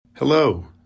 Hello